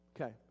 Okay